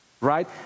right